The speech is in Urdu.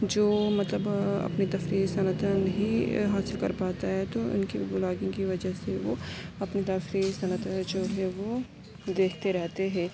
جو مطلب اپنی تفریحی صنعت نہیں حاصل کر پاتا ہے تو ان کی ولاگنگ کی وجہ سے وہ اپنی تفریحی صنعت جو ہے وہ دیکھتے رہتے ہیں